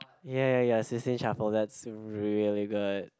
ya ya ya sixteen chapel that's really good